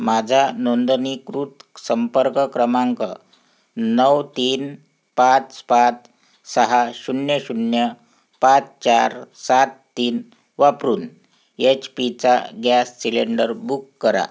माझा नोंदणीकृत संपर्क क्रमांक नऊ तीन पाच पाच सहा शून्य शून्य पाच चार सात तीन वापरून एच पीचा गॅस सिलेंडर बुक करा